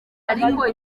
ariko